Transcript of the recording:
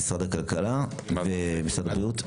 משרד הכלכלה ומשרד הבריאות.